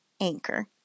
Anchor